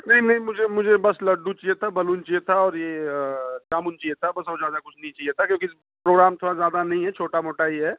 नहीं नहीं मुझे मुझे बस लड्डू चाहिए था बलून चाहिए था और ये जामुन चाहिए था बस और ज़्यादा कुछ नहीं चाहिए था क्योंकि प्रोगाम थोड़ा ज़्यादा नहीं है छोटा मोटा ही है